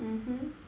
mmhmm